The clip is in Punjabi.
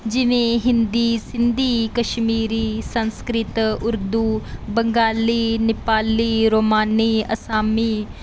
ਜਿਵੇਂ ਹਿੰਦੀ ਸਿੰਧੀ ਕਸ਼ਮੀਰੀ ਸੰਸਕ੍ਰਿਤ ਉਰਦੂ ਬੰਗਾਲੀ ਨੇਪਾਲੀ ਰੋਮਾਨੀ ਅਸਾਮੀ